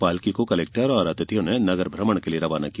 पालकी को कलेक्टर एवं अतिथियों ने नगर भ्रमण के लिए रवाना किया